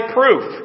proof